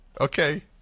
Okay